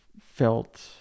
felt